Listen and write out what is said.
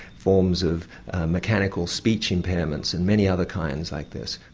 forms of mechanical speech impairments and many other kinds like this.